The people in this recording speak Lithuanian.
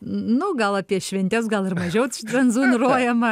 nu gal apie šventes gal ir mažiau cenzūruojama